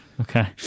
Okay